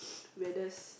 weirdest